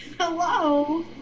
Hello